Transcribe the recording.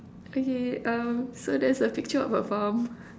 okay um so there's a picture of a farm